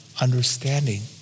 understanding